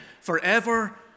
forever